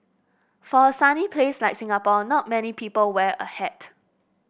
for a sunny place like Singapore not many people wear a hat